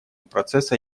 процесса